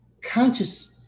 Conscious